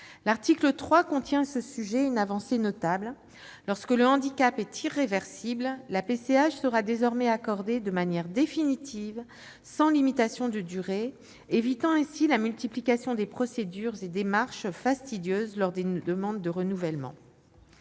L'article 3 contient à ce sujet une avancée notable : lorsque le handicap est irréversible, la PCH sera désormais accordée de manière définitive, sans limitation de durée, évitant ainsi la multiplication des procédures et démarches fastidieuses lors des demandes de renouvellement.